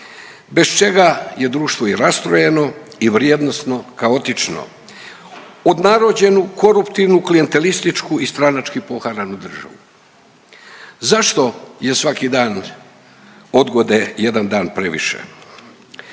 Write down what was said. bez čega je društvo i rastrojeno i vrijednosno kaotično. Odnarođenu, koruptivnu, klijentelističku i stranački poharanu državu. Zašto je svaki dan odgode jedan dan previše?